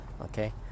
Okay